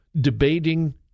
debating